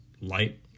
light